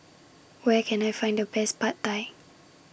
Where Can I Find The Best Pad Thai